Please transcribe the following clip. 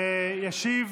ישיב